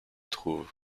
trouve